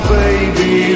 baby